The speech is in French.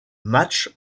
match